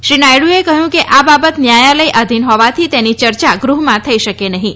શ્રી નાયડુએ કહ્યું કે આ બાબત ન્યાયાલયાધીન હોવાથી તેની ચર્ચા ગૃહમાં થઇ શકે નહિં